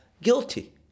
guilty